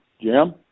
Jim